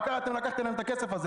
מה קרה שלקחתם להם את הכסף הזה?